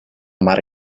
mar